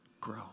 grow